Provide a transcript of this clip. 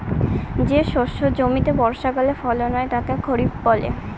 যে শস্য জমিতে বর্ষাকালে ফলন হয় তাকে খরিফ বলে